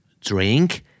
drink